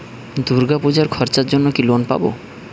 দূর্গাপুজোর খরচার জন্য কি লোন পাব?